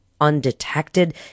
undetected